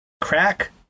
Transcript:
Crack